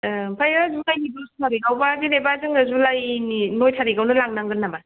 ओमफ्राय जुलाइनि दस थारिकआवबा जेनेबा जोङो जुलाइनि नौ थारिकआवनो लांनांगोन नामा